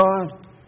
God